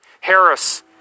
Harris